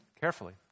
carefully